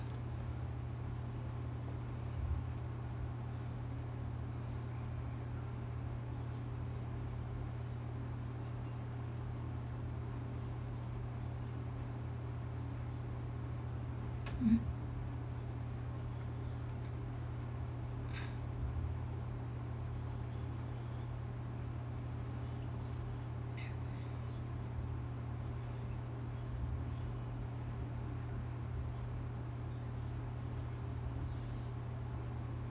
mm